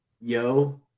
yo